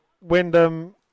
Wyndham